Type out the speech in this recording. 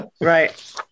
right